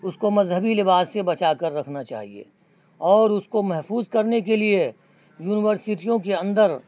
اس کو مذہبی لباس سے بچا کر رکھنا چاہیے اور اس کو محفوظ کرنے کے لیے یونیورسٹیوں کے اندر